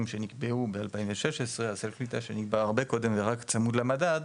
שנקבעו ב-2016 זה החלטה שנקבעה כבר הרבה קודם ורק צמוד למדד,